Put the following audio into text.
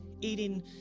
eating